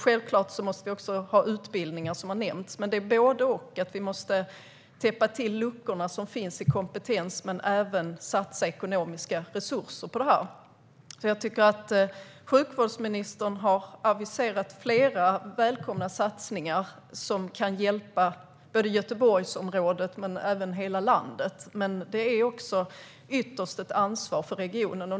Självklart måste vi också ha utbildningar, vilket har nämnts. Men vi måste både täppa till de kompetensluckor som finns och satsa ekonomiska resurser på det här. Jag tycker att sjukvårdsministern har aviserat flera välkomna satsningar som kan hjälpa Göteborgsområdet, men även hela landet. Det är ytterst ett ansvar för regionen.